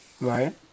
Right